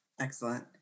Excellent